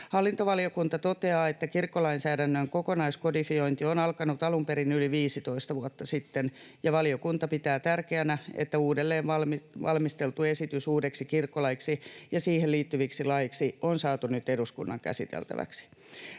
Hallintovaliokunta toteaa, että kirkkolainsäädännön kokonaiskodifiointi on alkanut alun perin yli 15 vuotta sitten, ja valiokunta pitää tärkeänä, että uudelleen valmisteltu esitys uudeksi kirkkolaiksi ja siihen liittyviksi laeiksi on saatu nyt eduskunnan käsiteltäväksi.